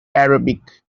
arabic